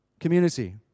community